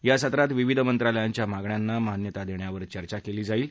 या सत्रात विविध मंत्रालयांच्या मागण्यांना मान्यता दखीवर चर्चा कली जाईल